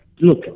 look